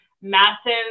massive